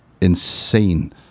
insane